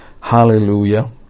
Hallelujah